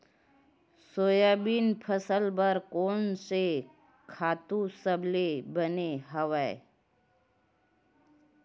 Soybean फसल बर कोन से खातु सबले बने हवय?